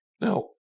Now